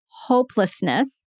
hopelessness